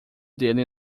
dele